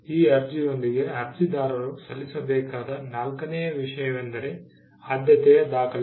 ಈ ಅರ್ಜಿಯೊಂದಿಗೆ ಅರ್ಜಿದಾರರು ಸಲ್ಲಿಸಬೇಕಾದ ನಾಲ್ಕನೆಯ ವಿಷಯವೆಂದರೆ ಆದ್ಯತೆಯ ದಾಖಲೆ